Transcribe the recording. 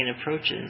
approaches